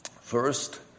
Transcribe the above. First